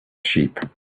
sheep